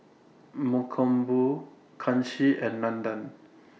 Mankombu Kanshi and Nandan